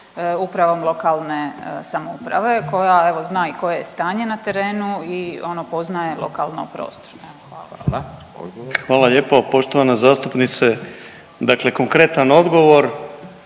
upravom lokalne samouprave koja evo zna i koje je stanje na terenu i ono poznaje lokalno prostor? Hvala. **Radin, Furio (Nezavisni)** Hvala. Odgovor.